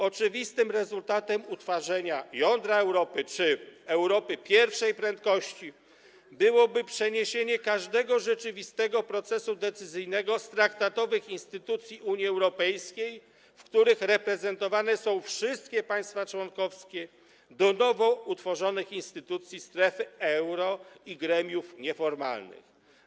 Oczywistym rezultatem utworzenia jądra Europy czy Europy pierwszej prędkości byłoby przeniesienie każdego rzeczywistego procesu decyzyjnego z traktatowych instytucji Unii Europejskiej, w których reprezentowane są wszystkie państwa członkowskie, do nowo utworzonych instytucji strefy euro i gremiów nieformalnych.